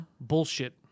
Bullshit